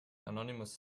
anonymous